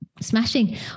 Smashing